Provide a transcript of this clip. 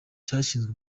cyashyizwe